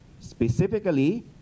Specifically